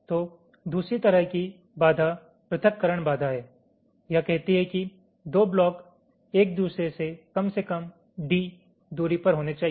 तो दूसरी तरह की बाधा पृथक्करण बाधा है यह कहती है कि 2 ब्लॉक एक दूसरे से कम से कम d दूरी पर होने चाहिए